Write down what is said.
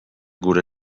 gure